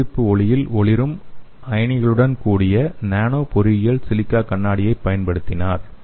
அகச்சிவப்பு ஒளியில் ஒளிரும் அயனிகளுடன் கூடிய நானோ பொறியியல் சிலிக்கா கண்ணாடியைப் பயன்படுத்தினர்